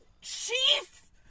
Chief